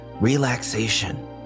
relaxation